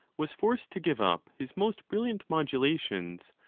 was forced to give up his most brilliant modulations,